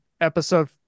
episode